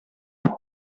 live